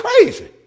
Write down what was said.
crazy